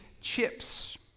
chips